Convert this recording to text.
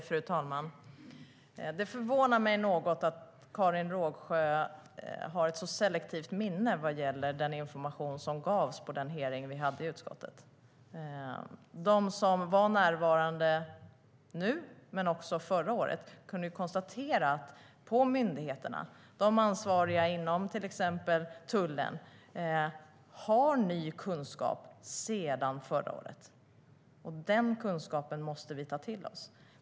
Fru talman! Det förvånar mig något att Karin Rågsjö har ett så selektivt minne vad gäller den information som gavs vid den hearing vi hade i utskottet. De som var närvarande i år, men också förra året, kunde konstatera att myndigheterna, de ansvariga inom bland annat tullen, har ny kunskap sedan förra året. Den kunskapen måste vi ta till oss.